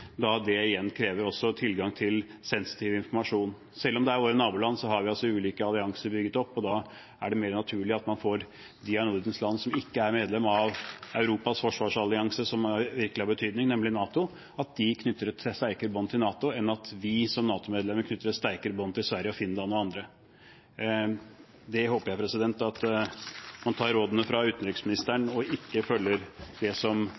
da det igjen krever tilgang til sensitiv informasjon. Selv om det er våre naboland, har vi ulike allianser bygget opp, og da er det mer naturlig at de av Nordens land som ikke er medlem av Europas forsvarsallianse som virkelig har betydning, nemlig NATO, knytter et sterkere bånd til NATO enn at vi som NATO-medlemmer knytter et sterkere bånd til Sverige og Finland og andre. Jeg håper man tar rådene fra utenriksministeren og ikke følger det som